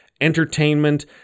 entertainment